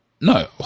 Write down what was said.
No